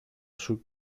σου